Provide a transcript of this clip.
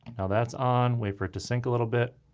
now that's on, wait for it to sync a little bit.